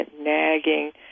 nagging